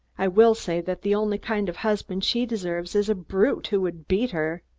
i will say that the only kind of husband she deserves is a brute who would beat her.